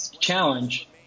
challenge